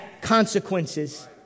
consequences